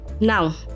Now